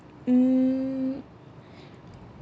mm